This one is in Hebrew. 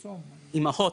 אימהות,